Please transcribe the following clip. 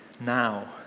now